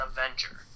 Avenger